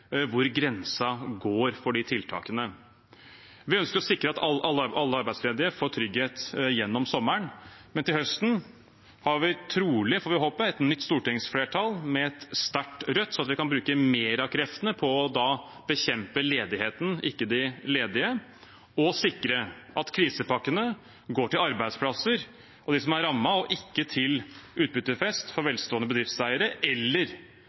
hvor grensen går for tiltakene. Vi ønsker å sikre at alle arbeidsledige får trygghet gjennom sommeren, men til høsten har vi trolig, får vi håpe, et nytt stortingsflertall med et sterkt Rødt, slik at vi kan bruke mer av kreftene på å bekjempe ledigheten, ikke de ledige, og sikre at krisepakkene går til arbeidsplasser og dem som er rammet, ikke til utbyttefest for velstående bedriftseiere, eller